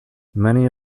many